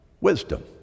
wisdom